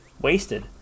wasted